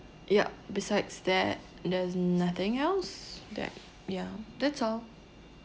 yup besides that there's nothing else that ya that's all